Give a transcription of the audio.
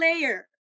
layer